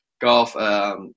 golf –